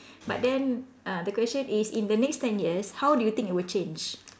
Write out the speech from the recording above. but then uh the question is in the next ten years how do you think it would change